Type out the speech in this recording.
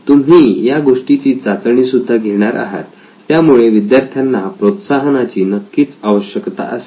तुम्ही या गोष्टीची चाचणी सुद्धा घेणार आहात त्यामुळे विद्यार्थ्यांना प्रोत्साहनाची नक्कीच आवश्यकता असेल